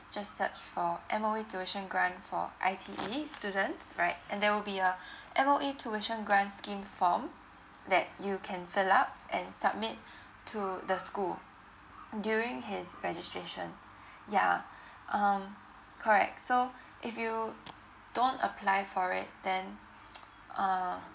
just search for M_O_E tuition grant for I_T_E students right and there will be a M_O_E tuition grant scheme form that you can fill up and submit to the school during his registration yeah um correct so if you don't apply for it then uh